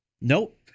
Nope